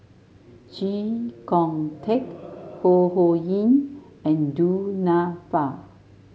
Chee Kong Tet Ho Ho Ying and Du Nanfa